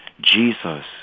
Jesus